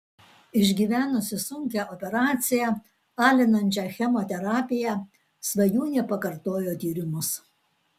išgyvenusi sunkią operaciją alinančią chemoterapiją svajūnė pakartojo tyrimus